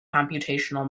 computational